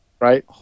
right